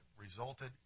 resulted